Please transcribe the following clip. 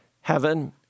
Heaven